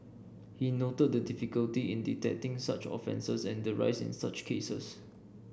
he noted the difficulty in detecting such offences and the rise in such cases